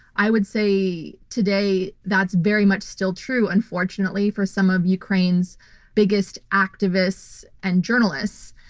i would say today that's very much still true, unfortunately for some of ukraine's biggest activists and journalists.